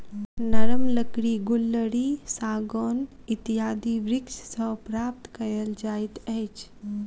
नरम लकड़ी गुल्लरि, सागौन इत्यादि वृक्ष सॅ प्राप्त कयल जाइत अछि